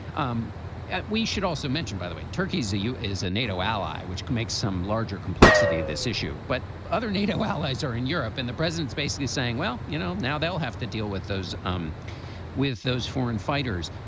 um and we should also mention by the way turkey's eu eu is a nato ally which can make some larger complexity this issue but other nato allies are in europe and the president is basically saying well you know now they'll have to deal with those um with those foreign fighters.